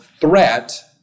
threat